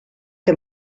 que